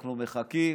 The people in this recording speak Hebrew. אנחנו מחכים,